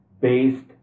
based